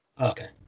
Okay